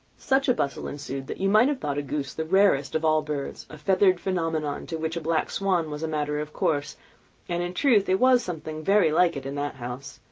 such a bustle ensued that you might have thought a goose the rarest of all birds a feathered phenomenon, to which a black swan was a matter of course and in truth it was something very like it in that house.